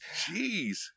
Jeez